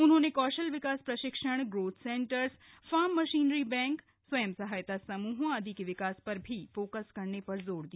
उन्होंने कौशल विकास प्रशिक्षण growth centres farm machinery bank स्वयं सहायता समूहों आदि के विकास पर भी फोकस करने पर जोर दिया